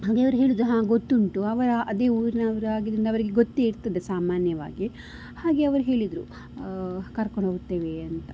ಹಾಗೆ ಅವರು ಹೇಳುದು ಹಾಂ ಗೊತ್ತುಂಟು ಅವರ ಅದೇ ಊರ್ನವರಾಗಿದ್ರೆ ಅವರಿಗೆ ಗೊತ್ತೇ ಇರ್ತದೆ ಸಾಮಾನ್ಯವಾಗಿ ಹಾಗೆ ಅವರು ಹೇಳಿದರು ಕರ್ಕೊಂಡು ಹೋಗ್ತೇವೆ ಅಂತ